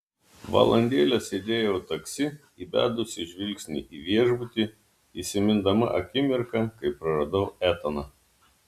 valandėlę sėdėjau taksi įbedusi žvilgsnį į viešbutį įsimindama akimirką kai praradau etaną